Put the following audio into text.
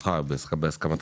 ברשותך ובהסכמתך: